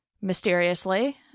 mysteriously